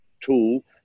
tool